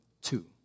two